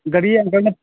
ꯒꯥꯔꯤ ꯑꯪꯀꯜꯅ